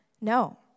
no